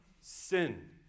sin